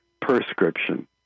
prescription